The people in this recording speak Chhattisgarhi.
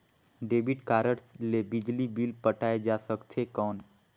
डेबिट कारड ले बिजली बिल पटाय जा सकथे कौन?